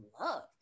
love